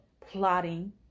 plotting